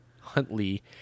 Huntley